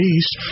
East